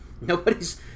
nobody's